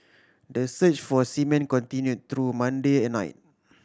the search for seamen continue through Monday at night